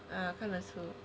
ah 看得出